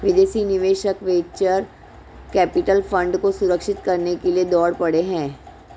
विदेशी निवेशक venture capital fund को सुरक्षित करने के लिए दौड़ पड़े हैं